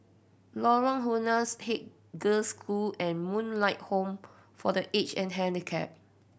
Lorong Halus Haig Girls' School and Moonlight Home for The Aged and Handicapped